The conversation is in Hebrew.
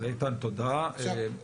תודה, איתן.